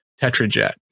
Tetrajet